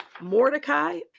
Mordecai